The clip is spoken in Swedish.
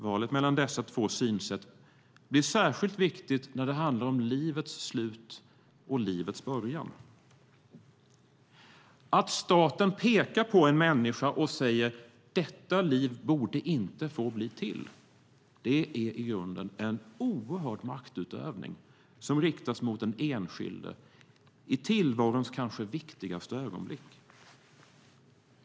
Valet mellan dessa två synsätt blir särskilt viktigt när det handlar om livets slut och livets början. Att staten pekar på en människa och säger att "detta liv borde inte få bli till" är i grunden en oerhörd maktutövning som riktas mot den enskilde i tillvarons kanske viktigaste ögonblick.